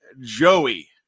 Joey